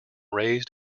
raised